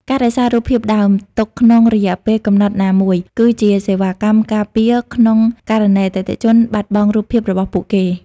ការរក្សារូបភាពដើម ទុកក្នុងរយៈពេលកំណត់ណាមួយ គឺជាសេវាកម្មការពារក្នុងករណីអតិថិជនបាត់បង់រូបភាពរបស់ពួកគេ។